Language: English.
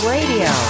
Radio